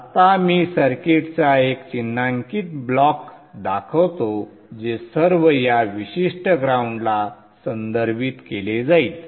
आता मी सर्किटचा एक चिन्हांकित ब्लॉक दाखवतो जे सर्व या विशिष्ट ग्राउंडला संदर्भित केले जाईल